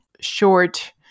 short